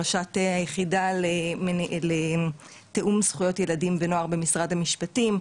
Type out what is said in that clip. ראשת היחידה לתיאום זכויות ילדים ונוער במשרד המשפטים.